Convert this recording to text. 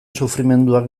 sufrimenduak